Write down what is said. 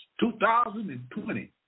2020